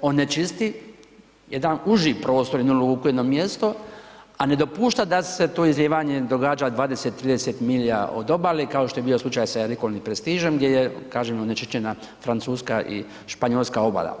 onečisti jedan uži prostor, jednu luku, jedno a ne dopušta da se to izlijevanje događa 20, 30 milja od obale kao što je bio slučaj sa Erikom i Pestige-om gdje je kažem onečišćena Francuska i Španjolska obala.